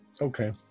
Okay